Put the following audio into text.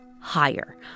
higher